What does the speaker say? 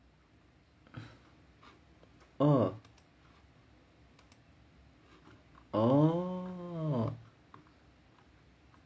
oh oh